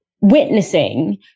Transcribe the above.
witnessing